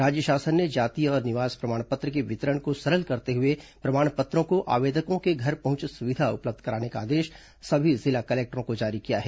राज्य शासन ने जाति और निवास प्रमाण पत्र के वितरण को सरल करते हुए प्रमाण पत्रों को आवेदकों के घर पहंच सुविधा उपलब्ध कराने का आदेश सभी जिला कलेक्टरों को जारी किया है